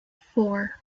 four